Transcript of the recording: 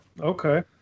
Okay